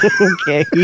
Okay